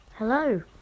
Hello